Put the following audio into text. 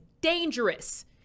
dangerous